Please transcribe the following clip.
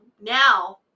now